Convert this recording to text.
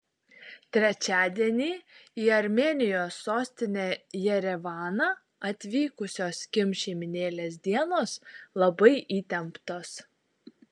trečiadienį į armėnijos sostinę jerevaną atvykusios kim šeimynėlės dienos labai įtemptos